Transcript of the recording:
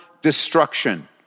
destruction